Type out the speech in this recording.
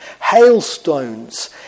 hailstones